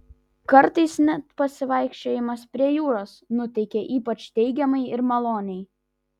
kartais net pasivaikščiojimas prie jūros nuteikia ypač teigiamai ir maloniai